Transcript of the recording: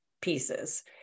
pieces